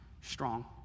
strong